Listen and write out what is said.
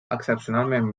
excepcionalment